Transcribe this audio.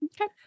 Okay